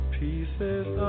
pieces